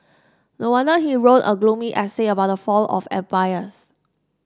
no wonder he wrote a gloomy essay about the fall of empires